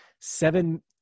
seven